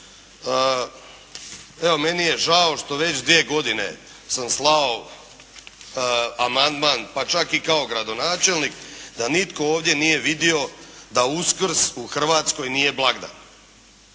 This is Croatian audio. evo meni je žao što već 2 godine sam slao amandman, pa čak i kao gradonačelnik da nitko ovdje nije vidio da Uskrs u Hrvatskoj nije blagdan.